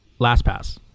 LastPass